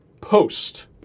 post